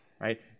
right